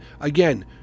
again